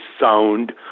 sound